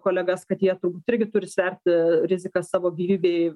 kolegas kad jie turbūt irgi turi sverti rizikas savo gyvybei